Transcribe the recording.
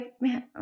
man